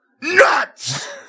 nuts